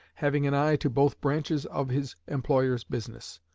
having an eye to both branches of his employer's business.